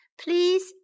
Please